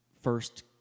first